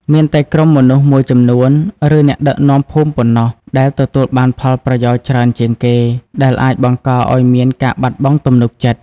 មានតែក្រុមមនុស្សមួយចំនួន ឬអ្នកដឹកនាំភូមិប៉ុណ្ណោះដែលទទួលបានផលប្រយោជន៍ច្រើនជាងគេ ដែលអាចបង្កឱ្យមានការបាត់បង់ទំនុកចិត្ត។